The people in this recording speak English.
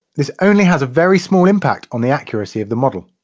this only has a very small impact on the accuracy of the model.